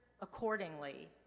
accordingly